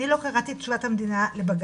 אני לא קראתי את תשובת המדינה לבג"ץ,